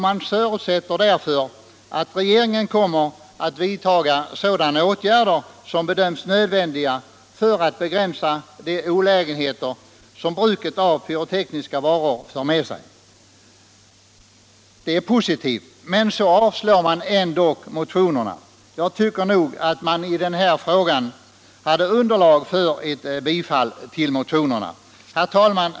Man förutsätter därför att regeringen kommer att vidtaga sådana åtgärder som bedöms nödvändiga för att begränsa de olägenheter som bruket av pyrotekniska varor för med sig. Det är positivt. Men man avstyrker ändå motionerna. Jag tycker Nr 32 att man i den här frågan hade underlag för ett bifall till dem. Tisdagen den Herr talman!